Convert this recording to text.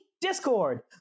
Discord